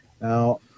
Now